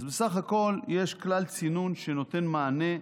אז בסך הכול יש כלל צינון שנותן מענה,